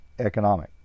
economic